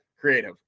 creative